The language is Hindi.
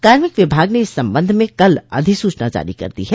कार्मिक विभाग ने इस संबंध में कल अधिसूचना जारी कर दी है